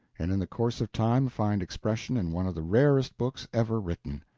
and in the course of time find expression in one of the rarest books ever written.